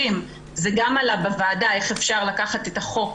המצב הזה שבו ברגע שמגיעים לתקן,